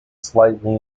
slightly